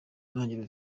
ntangiriro